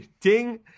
ding